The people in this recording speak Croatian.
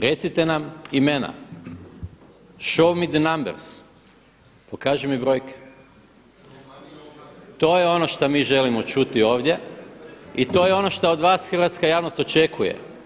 Recite nam imena, show me the numbers, pokaži mi brojke, to je ono što mi želimo čuti ovdje i to je ono što od vas hrvatska javnost očekuje.